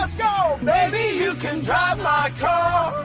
ah you can drive my car